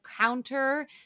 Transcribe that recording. counter